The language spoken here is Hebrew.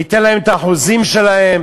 ניתן להם את האחוזים שלהם.